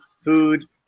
food